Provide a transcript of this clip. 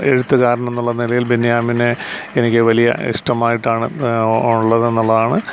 എഴുത്തുകാരൻ എന്നുള്ള നിലയിൽ ബെന്യാമിനെ എനിക്ക് വലിയ ഇഷ്ടമായിട്ടാണ് ഉള്ളത് എന്നുള്ളതാണ്